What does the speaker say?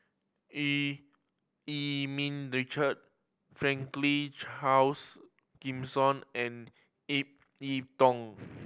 Eu Yee Ming Richard Franklin Charles Gimson and Ip Yiu Tung